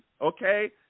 okay